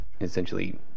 essentially